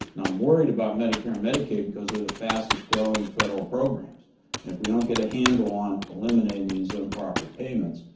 now, i'm worried about medicare and medicaid because they're the fastest growing federal programs. and if we don't get a handle on eliminating these improper payments,